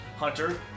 Hunter